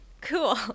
Cool